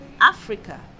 africa